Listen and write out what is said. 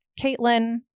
caitlin